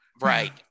Right